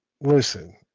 listen